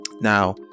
Now